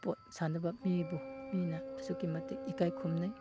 sport ꯁꯥꯟꯅꯕ ꯃꯤꯕꯨ ꯃꯤꯅ ꯑꯁꯨꯛꯀꯤ ꯃꯇꯤꯛ ꯏꯀꯥꯏ ꯈꯨꯝꯅꯩ